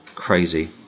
Crazy